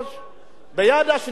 ביד שנייה המדינה לוקחת.